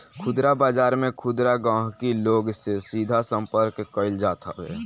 खुदरा बाजार में खुदरा गहकी लोग से सीधा संपर्क कईल जात हवे